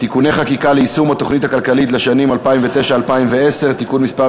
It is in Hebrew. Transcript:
(תיקוני חקיקה ליישום התוכנית הכלכלית לשנים 2009 ו-2010) (תיקון מס'